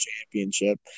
championship